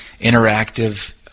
interactive